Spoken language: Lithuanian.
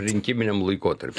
rinkiminiam laikotarpy